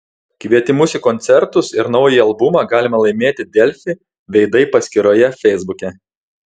kvietimus į koncertus ir naująjį albumą galima laimėti delfi veidai paskyroje feisbuke